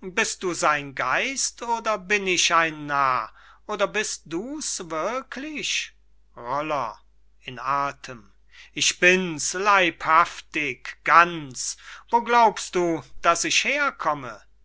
bist du sein geist oder bin ich ein narr oder bist du's wirklich roller in athem ich bins leibhaftig ganz wo glaubst du daß ich herkomme